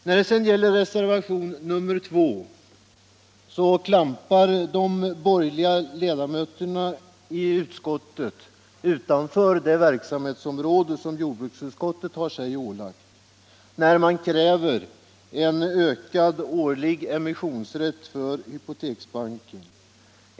När det gäller reservationen nr 2 klampar de borgerliga ledamöterna i utskottet utanför jordbruksutskottets verksamhetsområde när de kräver en ökad årlig emissionsrätt för Hypoteksbanken.